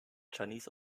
chinese